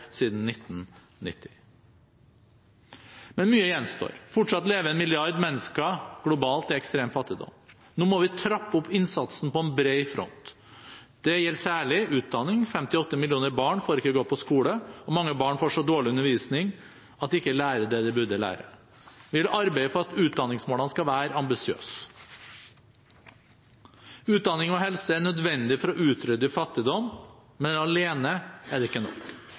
siden 1990. Men mye gjenstår. Fortsatt lever globalt en milliard mennesker i ekstrem fattigdom. Nå må vi trappe opp innsatsen på bred front. Det gjelder særlig utdanning. 58 millioner barn får ikke gå på skole, og mange barn får så dårlig undervisning at de ikke lærer det de burde lære. Vi vil arbeide for at utdanningsmålene skal være ambisiøse. Utdanning og helse er nødvendig for å utrydde fattigdom, men alene er det ikke nok.